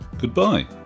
Goodbye